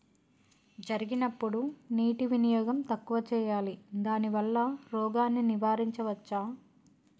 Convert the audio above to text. జరిగినప్పుడు నీటి వినియోగం తక్కువ చేయాలి దానివల్ల రోగాన్ని నివారించవచ్చా?